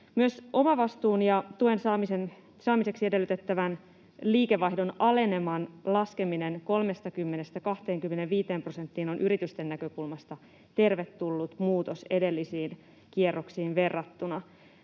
Myös omavastuun ja tuen saamiseksi edellytettävän liikevaihdon aleneman laskeminen 30:stä 25 prosenttiin on yritysten näkökulmasta tervetullut muutos edellisiin kierroksiin verrattuna.